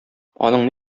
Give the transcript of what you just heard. аның